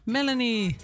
Melanie